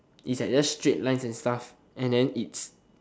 is like just straight lines and stuff and then it's